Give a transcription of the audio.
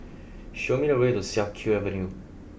show me the way to Siak Kew Avenue